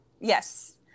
Yes